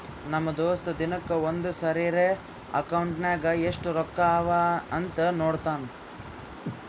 ನಮ್ ದೋಸ್ತ ದಿನಕ್ಕ ಒಂದ್ ಸರಿರೇ ಅಕೌಂಟ್ನಾಗ್ ಎಸ್ಟ್ ರೊಕ್ಕಾ ಅವಾ ಅಂತ್ ನೋಡ್ತಾನ್